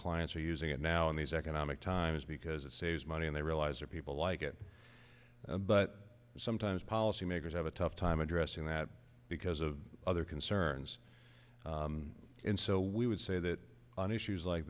clients are using it now in these economic times because it saves money and they realize or people like it but sometimes policymakers have a tough time addressing that because of other concerns and so we would say that on issues like